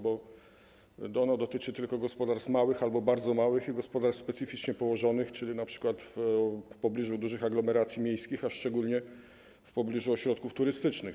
Bo ono dotyczy tylko gospodarstw małych albo bardzo małych i gospodarstw specyficznie położonych, czyli np. w pobliżu dużych aglomeracji miejskich, a szczególnie w pobliżu ośrodków turystycznych.